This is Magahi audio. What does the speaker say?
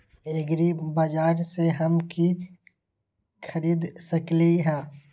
एग्रीबाजार से हम की की खरीद सकलियै ह?